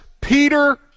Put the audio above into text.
Peter